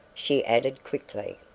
she added quickly.